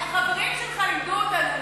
חברים שלך לימדו אותנו,